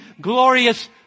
glorious